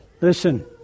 Listen